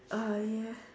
uh yes